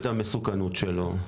המסוכנות שלו,